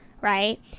Right